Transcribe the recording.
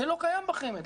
זה לא קיים בחמ"ד.